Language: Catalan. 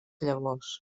llavors